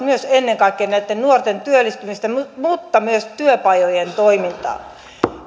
ennen kaikkea nuorten työllistymistä mutta mutta myös työpajojen toimintaa